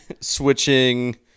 switching